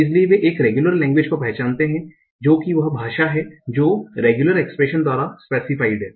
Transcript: इसलिए वे एक रेगुलर लेंगवेज को पहचानते हैं जो कि वह भाषा हैं जो रेगुलर एक्सप्रेशन द्वारा स्पेसिफाइड है